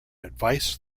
advice